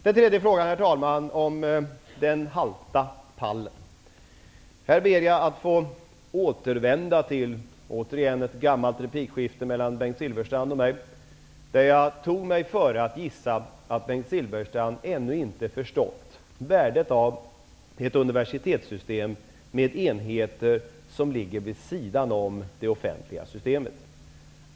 Den tredje frågan gällde den halta pallen. Här ber jag att återigen få återvända till ett gammalt replikskifte mellan Bengt Silfverstrand och mig där jag tog mig före att gissa att Bengt Silfverstrand ännu inte förstått värdet av ett universitetssystem med enheter som ligger vid sidan av det offentliga systemet.